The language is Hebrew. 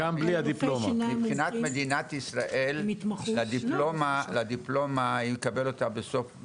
מבחינת מדינת ישראל את הדיפלומה יקבל בסוף.